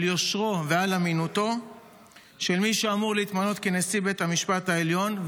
יושרו ועל אמינותו של מי שאמור להתמנות כנשיא בית המשפט העליון.